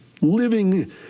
living